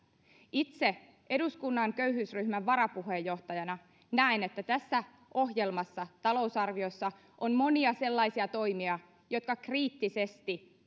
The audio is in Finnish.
itse eduskunnan köyhyysryhmän varapuheenjohtajana näen että tässä ohjelmassa talousarviossa on monia sellaisia toimia jotka kriittisesti